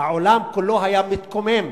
העולם כולו היה מתקומם.